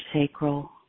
sacral